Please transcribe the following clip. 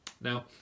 Now